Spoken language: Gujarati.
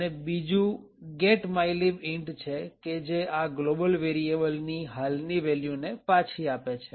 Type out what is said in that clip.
અને બીજું get mylib int છે કે જે આ ગ્લોબલ વેરીએબલ ની હાલની વેલ્યુ ને પાછી આપે છે